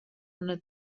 una